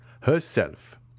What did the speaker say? Herself